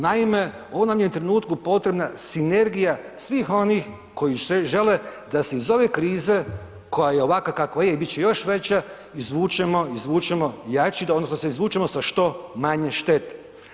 Naime, u ovom nam je trenutku potrebna sinergija svih onih koji se žele da se iz ove krize koja je ovakva kakva je i bit će još veća, izvučemo, izvučemo jači da odnosno da se izvučemo sa što manje štete.